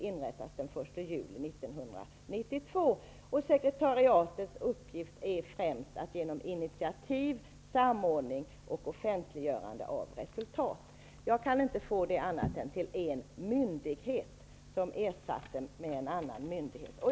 Detta sekretariat skall inrättas den 1 juli 1992. Sekretariatets uppgift är främst att genom initiativ samordna och offentliggöra resultat. Jag kan inte få detta till annat än att det skall inrättas en myndighet som skall ersätta en annan myndighet.